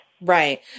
Right